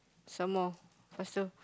some more faster